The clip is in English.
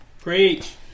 Preach